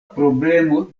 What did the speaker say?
problemo